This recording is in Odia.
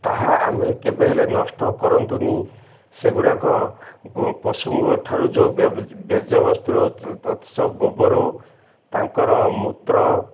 ତାହା ଆମେ କେବେ ହେଲେ ନଷ୍ଟ କରନ୍ତୁନି ସେଗୁଡ଼ାକ ପଶୁଙ୍କଠାରୁ ଯେଉଁ ବର୍ଜ୍ୟବସ୍ତୁ ତତ୍ ସହ ଗୋବର ତାଙ୍କର ମୂତ୍ର